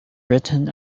written